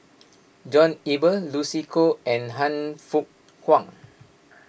John Eber Lucy Koh and Han Fook Kwang